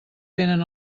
vénen